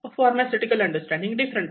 pharmaceutical understanding different आहे